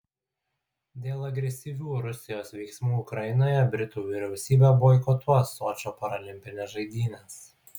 dėl agresyvių rusijos veiksmų ukrainoje britų vyriausybė boikotuos sočio paralimpines žaidynes